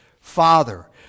Father